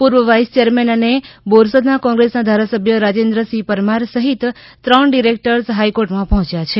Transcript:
પૂર્વ vice chairman અને બોરસદના કોંગ્રેસના ધારાસભ્ય રાજેન્દ્રસિંહ પરમાર સહિત ત્રણ ડિરેક્ટર્સ હાઇકોર્ટમાં પહોંચ્યા છે